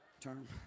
term